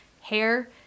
hair